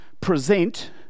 present